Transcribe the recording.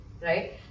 right